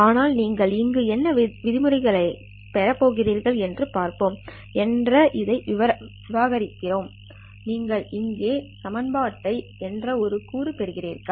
ஆனால் நீங்கள் இங்கு என்ன விதிமுறைகளைப் பெறப் போகிறீர்கள் என்று பார்ப்போம் என்ற இதை விரிவாக்குங்கள் நீங்கள் இங்கே என்ற ஒரு கூறு பெறுகிறீர்கள்